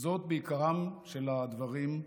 בעיקרם של הדברים,